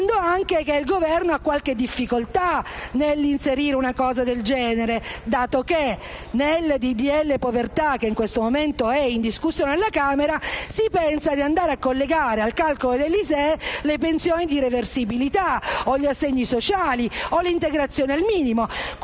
il Governo abbia qualche difficoltà nell'inserire una previsione del genere, dato che nel disegno di legge sulla povertà, in questo momento in discussione alla Camera, si pensa di andare a collegare al calcolo dell'ISEE le pensioni di reversibilità o gli assegni sociali o l'integrazione al minimo.